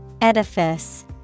Edifice